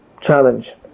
challenge